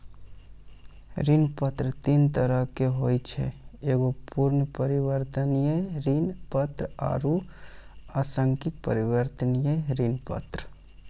ऋण पत्र तीन तरहो के होय छै एगो पूर्ण परिवर्तनीय ऋण पत्र आरु आंशिक परिवर्तनीय ऋण पत्र